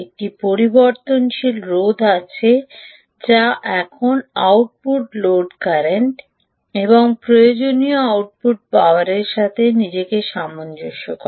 একটি পরিবর্তনশীল রোধ আছে যা এখন আউটপুট লোড কারেন্ট এবং প্রয়োজনীয় আউটপুট পাওয়ারের সাথে নিজেকে সামঞ্জস্য করে